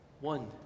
One